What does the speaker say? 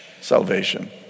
Salvation